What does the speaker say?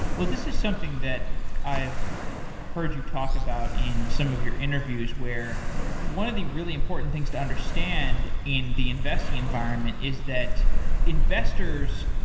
this is something that i've heard you talk about in some of your interviews where one of the really important things to understand in the investing environment is that investors,